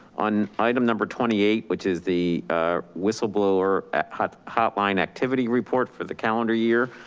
on item number twenty eight, which is the whistleblower hot hotline activity report for the calendar year.